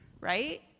right